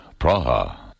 Praha